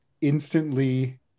instantly